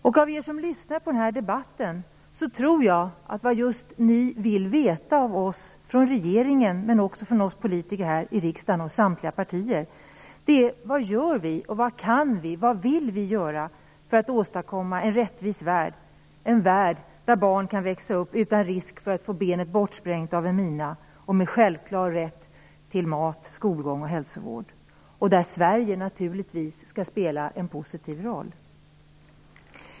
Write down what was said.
Många av er som lyssnar på debatten vill säkert veta av regeringen och av oss politiker från samtliga partier vad vi gör, vad vi kan göra och vad vi vill göra för att åstadkomma en rättvis värld, en värld där barn kan växa upp utan risk för att få benet bortsprängt av en mina och där rätten till mat, skolgång och hälsovård är självklar. I det sammanhanget skall Sverige naturligtvis spela en positiv roll.